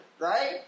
Right